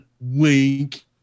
Wink